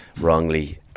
wrongly